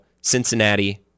Cincinnati